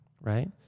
right